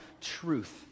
truth